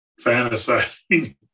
fantasizing